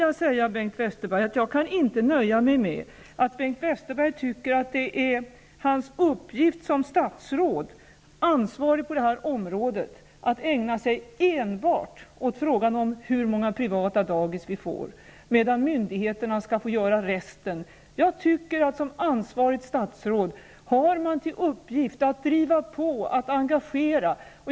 Jag kan inte nöja mig med att Bengt Westerberg tycker att det är hans uppgift som ansvarigt stats råd på det här området att ägna sig enbart åt frå gan om hur många privata dagis som startas, me dan myndigheterna skall få göra resten. Jag tycker att det ansvariga statsrådet har till uppgift att driva på, att engagera.